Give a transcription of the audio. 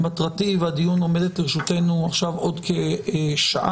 מטרתי והדיון עומדת לרשותנו עכשיו עוד כשעה,